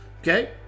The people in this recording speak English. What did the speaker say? Okay